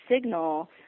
signal